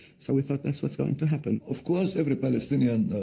so we thought, that's what's going to happen of course, every palestinian,